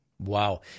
Wow